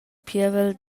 pievel